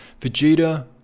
Vegeta